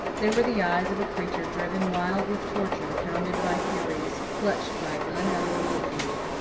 they were the eyes of a creature driven wild with torture, hounded by furies, clutched by unutterable fear.